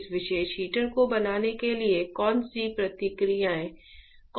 इस विशेष हीटर को बनाने में कौन सी प्रक्रियाएं शामिल हैं